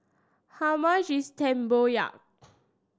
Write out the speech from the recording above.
how much is Tempoyak